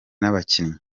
n’abakinnyi